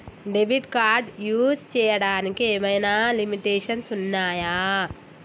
Debit card use చేయడానికి ఏమైనా limitations ఉన్నాయా?